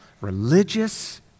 religious